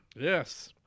Yes